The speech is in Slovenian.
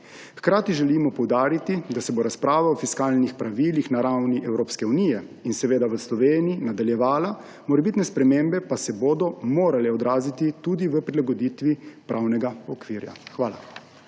Hkrati želimo poudariti, da se bo razprava o fiskalnih pravilih na ravni Evropske unije in seveda v Sloveniji nadaljevala, morebitne spremembe pa se bodo morale odraziti tudi v prilagoditvi pravnega okvira. Hvala.